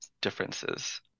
differences